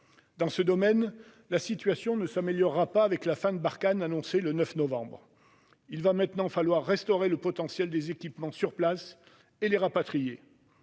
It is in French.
Dans ce domaine, la situation ne s'améliorera pas avec la fin de Barkhane annoncée le 9 novembre dernier. Il va maintenant falloir restaurer le potentiel des équipements sur place et les rapatrier.